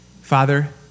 Father